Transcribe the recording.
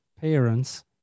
parents